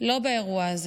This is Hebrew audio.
לא באירוע הזה,